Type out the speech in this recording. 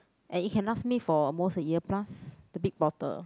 and it can last me for most the year plus the big bottle